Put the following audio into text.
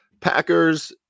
Packers